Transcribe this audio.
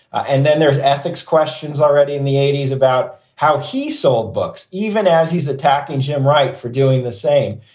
and then there's ethics questions already in the eighty s about how he sold books, even as he's attacking jim wright for doing the same.